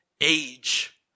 age